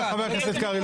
חבר הכנסת האוזר.